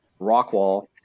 Rockwall